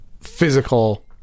physical